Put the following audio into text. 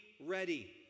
ready